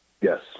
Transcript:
Yes